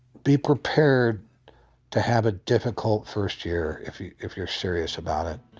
be prepared to have a difficult first year if you're if you're serious about it.